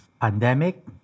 pandemic